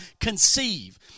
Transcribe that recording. conceive